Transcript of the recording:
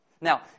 Now